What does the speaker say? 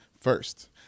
first